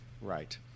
Right